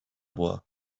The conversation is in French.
bois